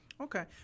Okay